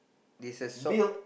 this a salt